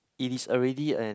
it is already an